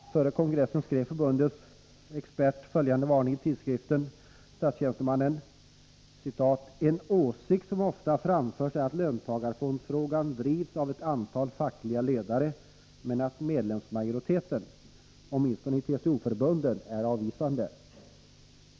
Före kongressen skrev förbundets löntagarfondsex — 20 december 1983 pert följande varning i tidskriften Statstjänstemannen: ”En åsikt som ofta framförs är att löntagarfondsfrågan drivs av ett antal fackliga ledare, men att medlemsmajoriteten, åtminstone i TCO-förbunden, är avvisande.